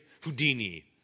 Houdini